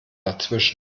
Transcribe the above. dazwischen